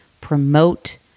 promote